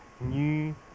new